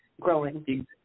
growing